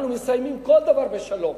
אנחנו מסיימים כל דבר ב"שלום".